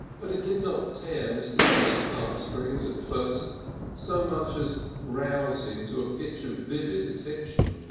but it did not tear mr. polly's heartstrings at first so much as rouse him to a pitch of vivid attention.